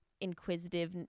inquisitive